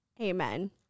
Amen